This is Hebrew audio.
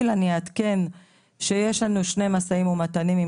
אני אעדכן שבמקביל יש לנו שני משאים ומתנים עם